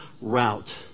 route